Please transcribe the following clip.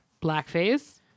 Blackface